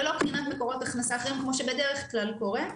ללא בחינת מקורות הכנסה אחרים כמו שבדרך כלל קורה.